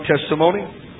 testimony